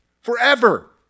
Forever